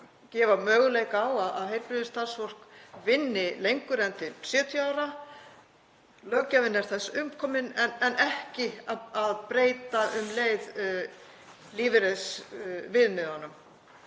gefa möguleika á að heilbrigðisstarfsfólk vinni lengur en til 70 ára. Löggjafinn er þess umkominn en ekki að breyta um leið lífeyrisviðmiðunum.